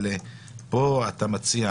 פה אתה מציע